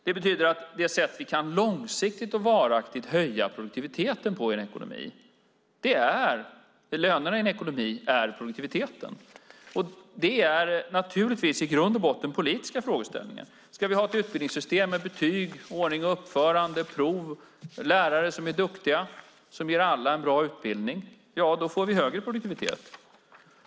Det betyder att det sätt vi långsiktigt och varaktigt kan höja produktiviteten på i vår ekonomi är med lönerna, som är produktiviteten i en ekonomi. Det är naturligtvis i grund och botten politiska frågeställningar. Ska vi ha ett utbildningssystem med betyg, ordning och uppförande, prov och lärare som är duktiga och som ger alla en bra utbildning får vi högre produktivitet.